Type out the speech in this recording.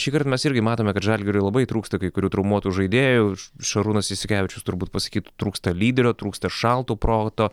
šįkart mes irgi matome kad žalgiriui labai trūksta kai kurių traumuotų žaidėjų šarūnas jasikevičius turbūt pasakytų trūksta lyderio trūksta šalto proto